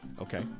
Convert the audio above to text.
Okay